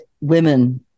women